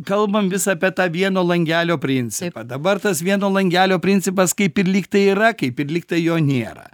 kalbam vis apie tą vieno langelio principą dabar tas vieno langelio principas kaip ir lyg tai yra kaip ir lygtai jo nėra